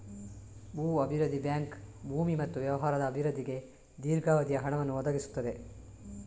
ಭೂ ಅಭಿವೃದ್ಧಿ ಬ್ಯಾಂಕ್ ಭೂಮಿ ಮತ್ತು ವ್ಯವಹಾರದ ಅಭಿವೃದ್ಧಿಗೆ ದೀರ್ಘಾವಧಿಯ ಹಣವನ್ನು ಒದಗಿಸುತ್ತದೆ